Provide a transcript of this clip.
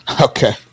Okay